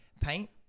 paint